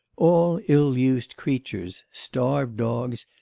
all ill-used creatures, starved dogs,